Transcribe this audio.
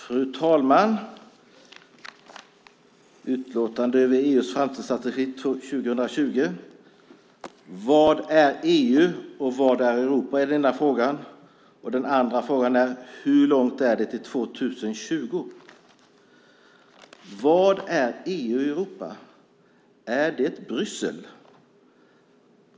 Fru talman! Denna debatt gäller utlåtandet över EU:s framtidsstrategi 2020. Den ena frågan är: Vad är EU, och vad är Europa? Den andra frågan är: Hur långt är det till 2020? Vad är EU och Europa? Är det Bryssel?